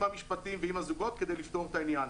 עם המשפטים ועם הזוגות כדי לפתור את העניין.